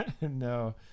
no